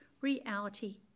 reality